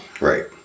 Right